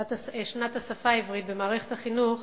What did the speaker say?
שנת השפה העברית במערכת החינוך,